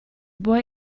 boy